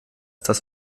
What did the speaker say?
das